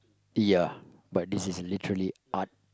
ya but this is literally art